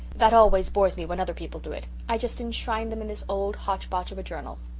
that always bores me when other people do it! i just enshrine them in this old hotch-potch of a journal!